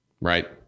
Right